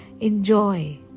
Enjoy